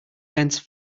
dense